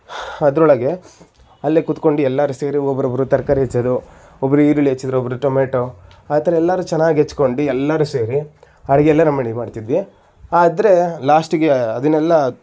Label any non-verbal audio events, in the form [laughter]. ಅದರೊಳಗೆ ಅಲ್ಲೇ ಕೂತ್ಕೊಂಡು ಎಲ್ಲರೂ ಸೇರಿ ಒಬ್ರೊಬ್ರು ತರಕಾರಿ ಹೆಚ್ಚೋದು ಒಬ್ಬರು ಈರುಳ್ಳಿ ಹೆಚ್ಚಿದರೆ ಒಬ್ಬರು ಟೊಮೆಟೊ ಆ ಥರ ಎಲ್ಲರೂ ಚೆನ್ನಾಗಿ ಹೆಚ್ಚ್ಕೊಂಡು ಎಲ್ಲರೂ ಸೇರಿ ಅಡಿಗೆಯೆಲ್ಲ ನಮ್ಮ [unintelligible] ಮಾಡ್ತಿದ್ವಿ ಆದರೆ ಲಾಸ್ಟಿಗೆ ಅದನ್ನೆಲ್ಲ